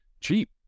cheap